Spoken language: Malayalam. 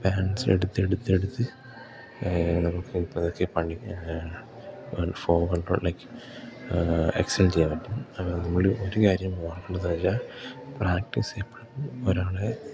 ബാലൻസ് എടുത്ത് എടുത്തെടുത്ത് നമുക്ക് ഇപ്പം അതൊക്കെ പഠിക്കാനാണെ വൺ ഫോർ വീലിലേക്കു എക്സെഞ്ച് ചെയ്യാൻ പറ്റും നമ്മൾ ഒരു കാര്യം ഉണ്ടെന്ന് വെച്ചാൽ പ്രാക്ടീസ് എപ്പോഴും ഒരാളെ